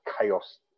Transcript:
chaos